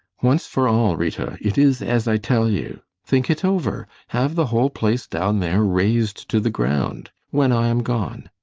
once for all, rita it is as i tell you! think it over! have the whole place down there razed to the ground when i am gone.